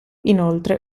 inoltre